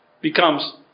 Becomes